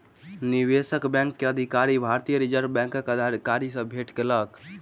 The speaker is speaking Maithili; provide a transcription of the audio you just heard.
निवेशक बैंक के अधिकारी, भारतीय रिज़र्व बैंकक अधिकारी सॅ भेट केलक